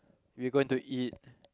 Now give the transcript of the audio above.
we're going to eat